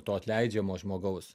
to atleidžiamo žmogaus